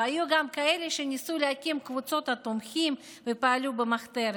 והיו גם כאלה שניסו להקים קבוצות תומכים ופעלו במחתרת.